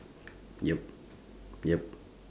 yup yup